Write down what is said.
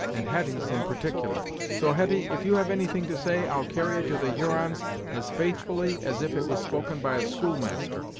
and hetty's in particular. so, hetty, if you have any thing to say, i'll carry it to the hurons as faithfully as if it was spoken by a schoolmaster,